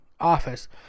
office